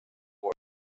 work